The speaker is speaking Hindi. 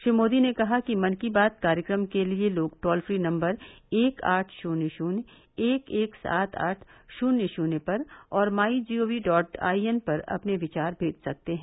श्री मोदी ने कहा कि मन की बात कार्यक्रम के लिए लोग टोल फ्री नम्बर एक आठ शुन्य शुन्य एक एक सात आठ शून्य शून्य पर और my G O V dot I N पर अपने विचार मेज सकते हैं